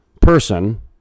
person